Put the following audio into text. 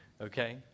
Okay